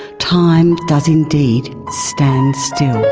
time does indeed stand still.